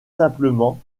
simplement